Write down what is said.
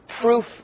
proof